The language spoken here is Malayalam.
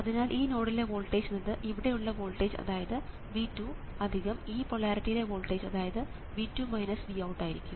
അതിനാൽ ഈ നോഡിലെ വോൾട്ടേജ് എന്നത് ഇവിടെ ഉള്ള വോൾട്ടേജ് അതായത് V2 ഈ പോളാരിറ്റിയിലെ വോൾട്ടേജ് അതായത് ആയിരിക്കും